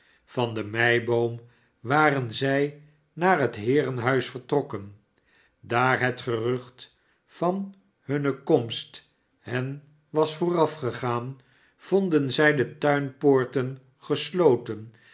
van de meiboom waren zij naar het heerenhuis vertrokken daar het gerucht van hunne komst hen was voorafgegaan vonden zij de tuinpoorten gesloten